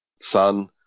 son